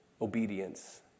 Obedience